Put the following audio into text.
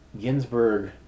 Ginsburg